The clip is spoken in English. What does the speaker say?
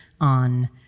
on